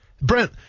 Brent